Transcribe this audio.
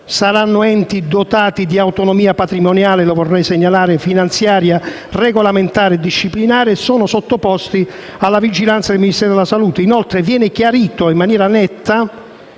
saranno enti dotati di autonomia patrimoniale, finanziaria, regolamentare e disciplinare, sottoposti alla vigilanza del Ministero della salute. Inoltre, viene chiarito in maniera netta